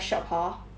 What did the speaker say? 不错的